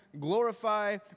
glorify